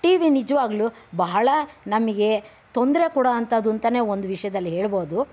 T V ನಿಜವಾಗಲೂ ಬಹಳ ನಮಗೆ ತೊಂದರೆ ಕೊಡೋವಂಥದ್ದು ಅಂತಲೇ ಒಂದು ವಿಷಯದಲ್ಲಿ ಹೇಳಬಹುದು